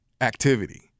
activity